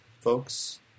folks